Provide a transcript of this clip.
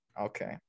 Okay